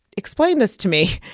explain this to me.